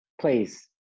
Please